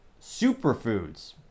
superfoods